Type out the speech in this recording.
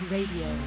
Radio